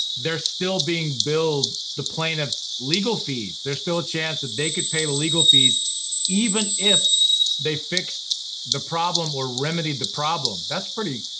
they're still being billed the plaintiff's legal fees. there's still a chance that they could pay the legal fees even if they fixed the problem or remedied the problem. that's pretty,